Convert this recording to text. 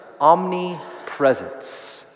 omnipresence